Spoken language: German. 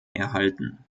erhalten